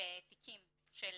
בתיקים של